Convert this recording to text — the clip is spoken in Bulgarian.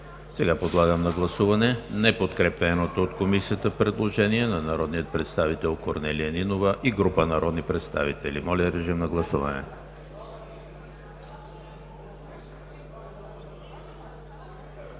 Няма. Подлагам на гласуване неподкрепеното от Комисията предложение на народния представител Корнелия Нинова и група народни представители. Гласували